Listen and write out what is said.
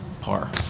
par